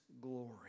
glory